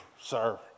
sir